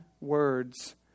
words